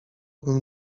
bym